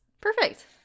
Perfect